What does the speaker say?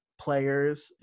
players